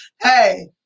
Hey